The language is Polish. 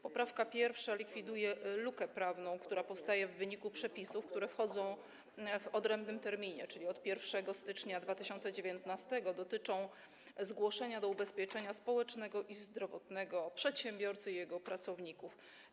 Poprawka 1. likwiduje lukę prawną, która powstaje w wyniku przepisów, które wchodzą w odrębnym terminie, czyli od 1 stycznia 2019 r., i dotyczą zgłoszenia do ubezpieczenia społecznego i zdrowotnego przedsiębiorcy i jego pracowników.